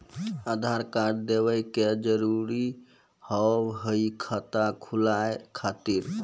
आधार कार्ड देवे के जरूरी हाव हई खाता खुलाए खातिर?